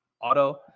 Auto